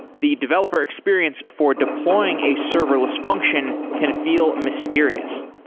the developer experience for deploying a serverless function can feel mysterious.